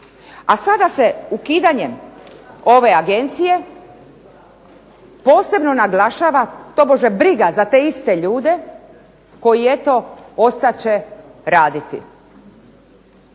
A sada se ukidanjem ove agencije posebno naglašava tobože briga za te iste ljude koji eto ostat će raditi.